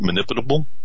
manipulable